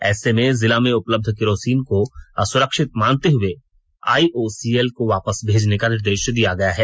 ऐसे में जिला में उपलब्ध किरोसिन को असुरक्षित मानते हुए आईओसीएल को वापस भेजने का निर्देश दिया गया है